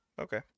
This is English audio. Okay